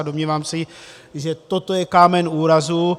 Domnívám se, že toto je kámen úrazu.